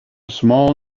small